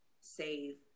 save